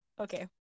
okay